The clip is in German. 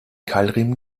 keilriemen